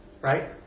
right